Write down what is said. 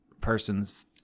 person's